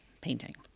painting